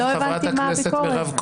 לא הבנתי מה הביקורת.